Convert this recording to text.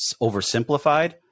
oversimplified